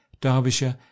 Derbyshire